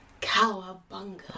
Cowabunga